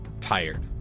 tired